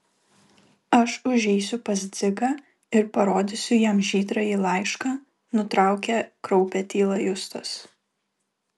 aš užeisiu pas dzigą ir parodysiu jam žydrąjį laišką nutraukė kraupią tylą justas